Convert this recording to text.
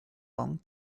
long